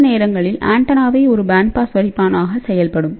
சில நேரங்களில் ஆண்டெனாவே ஒரு பேண்ட் பாஸ் வடிப்பானாக செயல்படும்